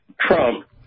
Trump